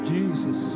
Jesus